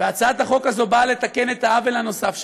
והצעת החוק הזאת באה לתקן את העוול הנוסף שנעשה,